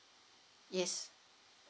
yes